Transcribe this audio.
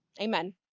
amen